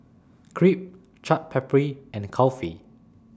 Crepe Chaat Papri and Kulfi